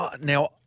now